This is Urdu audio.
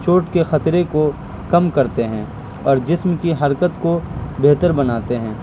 چوٹ کے خطرے کو کم کرتے ہیں اور جسم کی حرکت کو بہتر بناتے ہیں